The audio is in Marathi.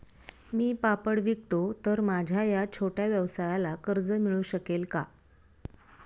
मी पापड विकतो तर माझ्या या छोट्या व्यवसायाला कर्ज मिळू शकेल का?